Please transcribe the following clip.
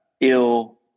ill